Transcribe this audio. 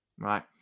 right